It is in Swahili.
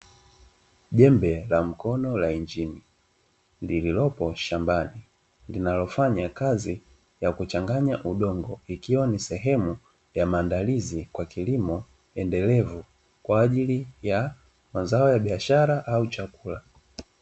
Jembe la mkono la injini lililopo shambani linalofanya kazi ya kuchanganya udongo, ikiwa ni sehemu ya maandalizi kwa kilimo endelevu kwa ajili ya mazao ya biashara au chakula.